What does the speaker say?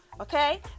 okay